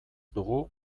dugu